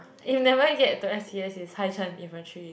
if never get to s_c_s is high chance infantry